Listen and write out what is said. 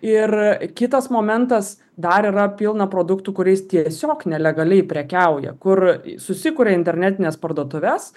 ir kitas momentas dar yra pilna produktų kuriais tiesiog nelegaliai prekiauja kur susikuria internetines parduotuves